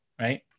right